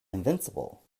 invincible